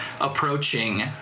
approaching